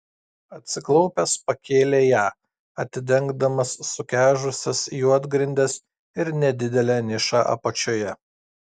atsiklaupęs pakėlė ją atidengdamas sukežusias juodgrindes ir nedidelę nišą apačioje